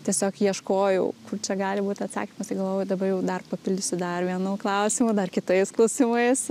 tiesiog ieškojau kur čia gali būt atsakymas tai galvoju dabar jau dar papildysiu dar vienu klausimu dar kitais klausimais